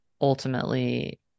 ultimately